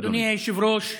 אדוני היושב-ראש,